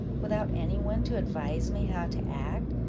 without any one to advise me how to act,